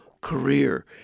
career